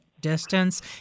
distance